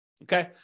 Okay